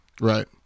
right